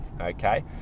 okay